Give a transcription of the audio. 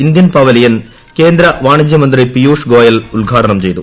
Indian pavilion കേന്ദ്ര വാണിജൃ മന്ത്രി പിയൂഷ് ഗോയൽ ഉദ്ഘാടനം ചെയ്തു